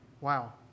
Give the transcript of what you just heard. Wow